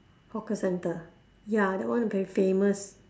hawker centre ya that one very famous